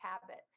habits